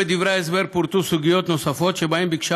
בדברי ההסבר פורטו סוגיות נוספות שבהן ביקשה